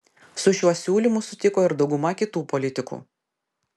su šiuo siūlymu sutiko ir dauguma kitų politikų